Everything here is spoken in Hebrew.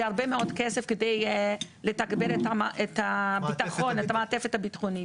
זה הרבה מאוד כסף כדי לתגבר את המעטפת הביטחונית.